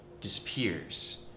disappears